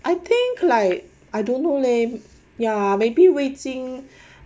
I think like I don't know leh ya maybe 味精